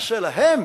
נעשה להם